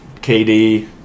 KD